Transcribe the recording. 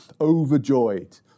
overjoyed